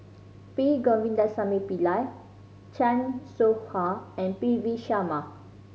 P Govindasamy Pillai Chan Soh Ha and P V Sharma